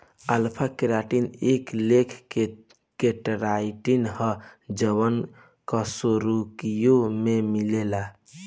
alpha keratin एक लेखा के केराटिन ह जवन कशेरुकियों में मिलेला